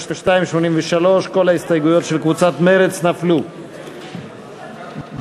מרכזים פדגוגיים, השתלמות מורים וגננות,